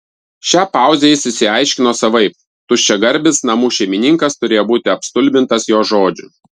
šią pauzę jis išsiaiškino savaip tuščiagarbis namų šeimininkas turėjo būti apstulbintas jo žodžių